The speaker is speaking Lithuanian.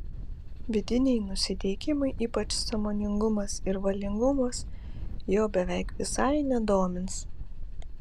vidiniai nusiteikimai ypač sąmoningumas ir valingumas jo beveik visai nedomins